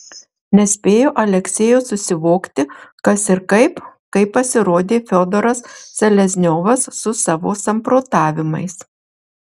nespėjo aleksejus susivokti kas ir kaip kai pasirodė fiodoras selezniovas su savo samprotavimais